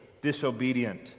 disobedient